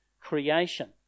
creation